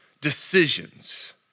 decisions